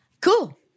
Cool